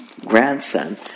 grandson